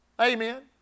Amen